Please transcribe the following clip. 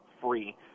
free